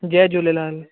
Jay Jhulelal